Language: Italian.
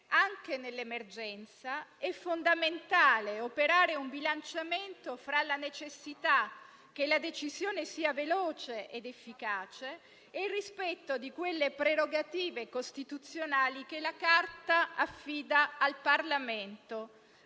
anche nell'emergenza, è fondamentale operare un bilanciamento fra la necessità che la decisione sia veloce ed efficace e il rispetto di quelle prerogative costituzionali che la Costituzione affida al Parlamento